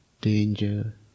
danger